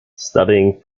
studying